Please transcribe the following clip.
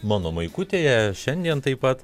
mano maikutėje šiandien taip pat